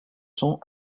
cents